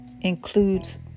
includes